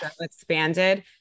expanded